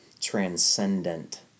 transcendent